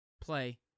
play